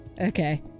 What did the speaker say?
Okay